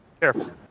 careful